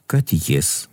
kad jis